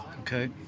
okay